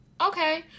Okay